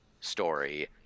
story